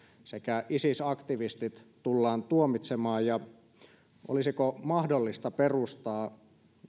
sekä isis aktivistit tullaan tuomitsemaan olisiko mahdollista perustaa